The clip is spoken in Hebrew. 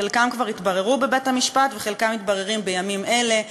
חלקם כבר התבררו בבית-המשפט וחלקם מתבררים בימים אלה.